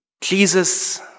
Jesus